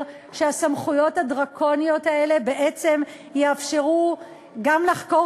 מכך שהסמכויות הדרקוניות האלה בעצם יאפשרו גם לחקור